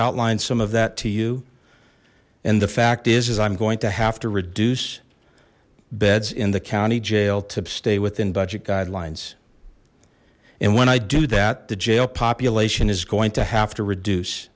outlined some of that to you and the fact is is i'm going to have to reduce beds in the county jail to stay within budget guidelines and when i do that the jail population is going to have to reduce